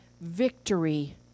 victory